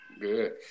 Good